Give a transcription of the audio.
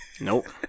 Nope